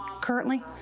currently